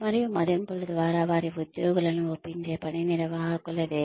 మరియు మదింపుల ద్వారా వారి ఉద్యోగులను ఒప్పించే పని నిర్వాహకులదే